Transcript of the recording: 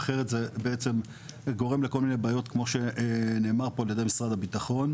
זה בעצם גורם לכל מיני בעיות כמו שנאמר פה על ידי משרד הביטחון.